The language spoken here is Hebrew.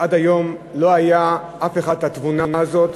עד היום לא היה לאף אחד את התבונה הזאת.